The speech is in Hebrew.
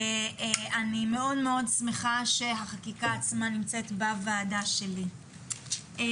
אני מאוד שמחה שהחקיקה עצמה נמצאת בוועדה שלי.